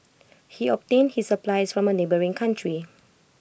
he obtained his supplies from A neighbouring country